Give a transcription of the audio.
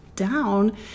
down